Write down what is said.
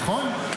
נכון.